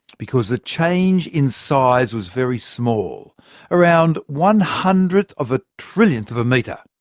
because the change in size was very small around one hundredth of a trillionth of a metre.